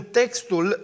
textul